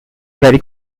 very